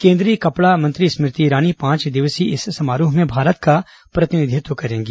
केन्द्रीय कपड़ा मंत्री स्मृति ईरानी पांच दिवसीय इस समारोह में भारत का प्रतिनिधित्व करेंगी